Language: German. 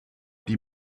die